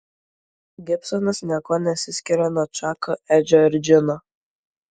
gibsonas niekuo nesiskyrė nuo čako edžio ir džino